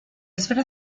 esfera